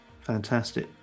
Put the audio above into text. Fantastic